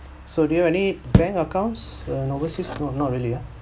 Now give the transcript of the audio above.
so do have any bank accounts err in overseas not not really